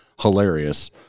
hilarious